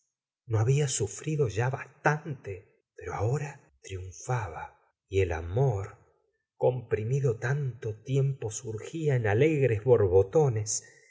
venganza habla sufrido ya bastante pero ahora triunfaba y el amor cemprimido tanto tiempo surgía en alegres borbotones